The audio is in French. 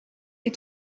des